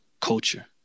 culture